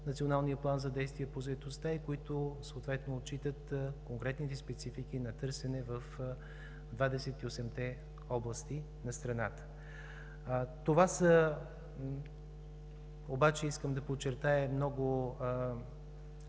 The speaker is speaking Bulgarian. Националния план за действие по заетостта и които съответно отчитат конкретните специфики на търсене в 28-те области на страната. Това са обаче – искам да подчертая – много